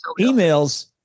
emails